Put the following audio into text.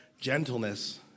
Gentleness